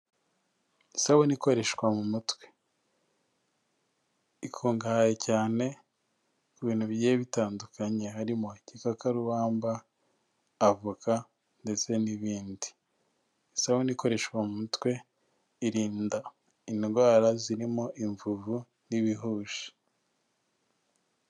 Isabune ikoreshwa mu mutwe, ikungahaye cyane ku bintu bigiye bitandukanye harimo igikakarubamba, avoka ndetse n'ibindi. Isabune isukura mu mutwe irinda indwara zirimo imvuvu n'ibihushi.